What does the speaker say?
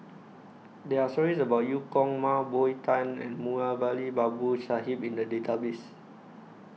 There Are stories about EU Kong Mah Bow Tan and Moulavi Babu Sahib in The Database